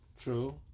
True